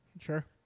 Sure